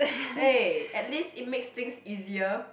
eh at least it makes things easier